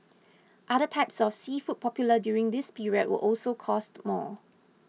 other types of seafood popular during this period will also cost more